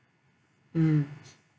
mm